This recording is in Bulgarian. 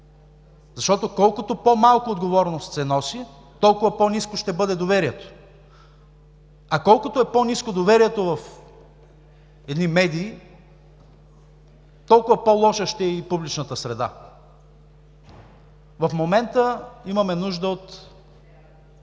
защото, колкото по-малко отговорност се носи, толкова по-ниско ще бъде доверието, а колкото по-ниско е доверието в едни медии, толкова по-лоша ще е и публичната среда. В момента имаме нужда от